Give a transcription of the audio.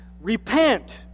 repent